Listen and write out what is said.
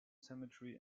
cemetery